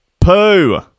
poo